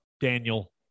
Daniel